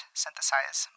synthesize